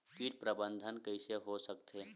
कीट प्रबंधन कइसे हो सकथे?